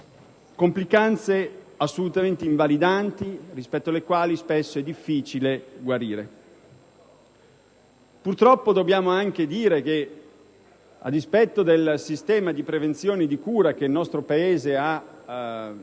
Complicanze assolutamente invalidanti, dalle quali spesso è difficile guarire. Purtroppo, dobbiamo anche dire che, a dispetto del sistema di prevenzione e di cura che il nostro Paese ha